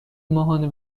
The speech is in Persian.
ماهانه